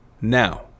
Now